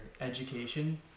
education